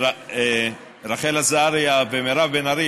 רחל עזריה ומירב בן ארי,